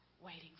waiting